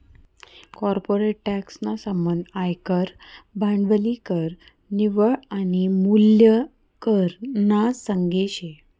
corporate tax ना संबंध आयकर, भांडवली कर, निव्वळ आनी मूल्य कर ना संगे शे